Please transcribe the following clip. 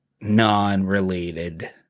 non-related